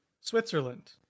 Switzerland